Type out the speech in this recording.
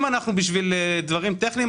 אם זה בשביל דברים טכניים,